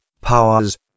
powers